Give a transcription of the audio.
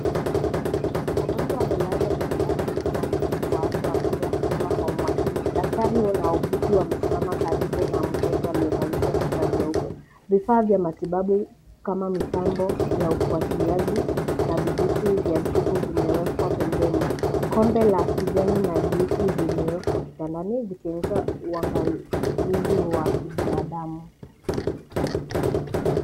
Wagonjwa wamelazwa vitandani huku wahudumu wa afya wakitoa huduma kwa umakini. Daktari na wauguzi wamesimama karibu na mgonjwa aliyevalishwa shuka jeupe. Vifaa vya matibabu kama mitambo ya ufuatiliaji na vijiti vya dripu vimewekwa pembeni. Kombe la kijani na jusi limewekwa kitandani likionyesha uangalizi wa kibinadamu.